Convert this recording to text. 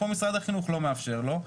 פה משרד החינוך לא מאפשר לו.